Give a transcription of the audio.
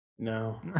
No